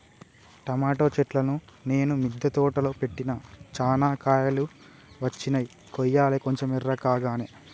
tomato చెట్లును నేను మిద్ద తోటలో పెట్టిన చానా కాయలు వచ్చినై కొయ్యలే కొంచెం ఎర్రకాగానే